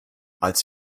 als